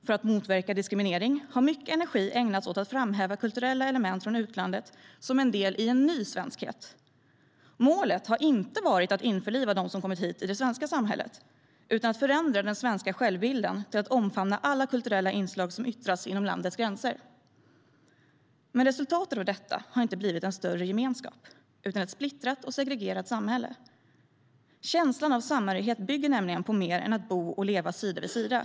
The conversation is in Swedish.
För att motverka diskriminering har mycket energi ägnats åt att framhäva kulturella element från utlandet som en del i en ny svenskhet. Målet har inte varit att införliva dem som kommer hit i det svenska samhället utan att förändra den svenska självbilden till att omfamna alla kulturella inslag som yttras inom landets gränser. Resultatet av detta har dock inte blivit större gemenskap utan ett splittrat och segregerat samhälle. Känslan av samhörighet bygger nämligen på mer än att bo och leva sida vid sida.